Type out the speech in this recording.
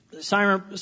Simon